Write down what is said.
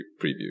preview